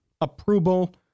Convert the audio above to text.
approval